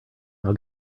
now